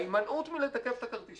ההימנעות מלתקף את הכרטיס,